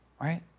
Right